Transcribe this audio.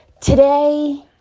Today